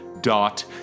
dot